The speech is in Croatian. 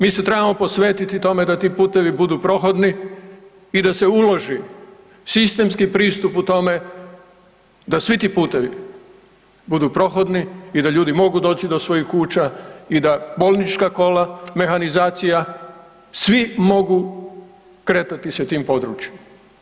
Mi se trebamo posvetiti tome da ti putevi budu prohodni i da se uloži sistemski pristup u tome da svi ti putevi budu prohodni i da ljudi mogu doći do svojih kuća i da bolnička kola, mehanizacija, svi mogu kretati se tim područjem.